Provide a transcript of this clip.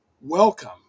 welcome